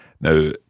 now